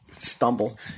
stumble